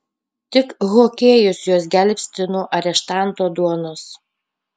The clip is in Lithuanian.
tik hokėjus juos gelbsti nuo areštanto duonos